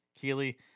Keely